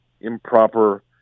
improper